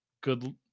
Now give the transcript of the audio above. good